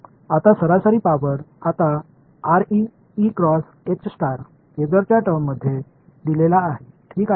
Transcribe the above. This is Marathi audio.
आता सरासरी पॉवर आता फेसरच्या टर्म्समध्ये दिलेला आहे ठीक आहे